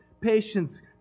patience